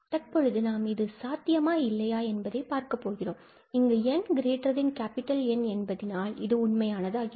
தற்பொழுது நாம் இது சாத்தியமா இல்லையா என்பதை பார்க்கப்போகிறோம் இங்கு nN என்பதினால் இது உண்மையானது ஆகிறது